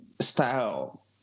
style